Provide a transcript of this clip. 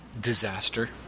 disaster